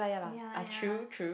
ya ya